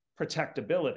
protectability